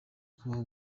kubaho